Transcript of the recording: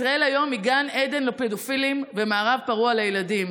ישראל היום היא גן עדן לפדופילים ומערב פרוע לילדים,